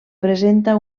presenta